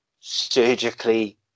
surgically